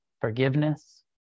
forgiveness